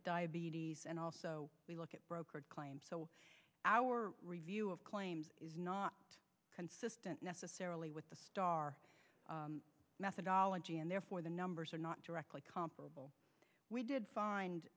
at diabetes and also we look at broker client so our review of claims is not consistent necessarily with the star methodology and therefore the numbers are not directly comparable we did